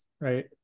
right